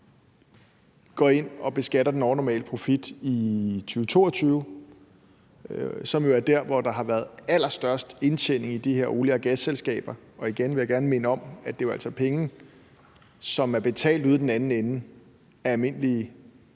går ind og beskatter den overnormale profit i 2022, som jo er der, hvor der har været den allerstørste indtjening i de her olie- og gasselskaber? Og igen vil jeg gerne minde om, at det jo altså er penge, som er betalt af almindelige